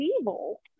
evil